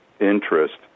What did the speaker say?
interest